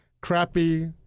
crappy